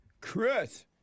Chris